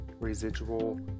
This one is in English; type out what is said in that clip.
residual